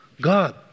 god